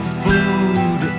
food